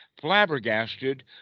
flabbergasted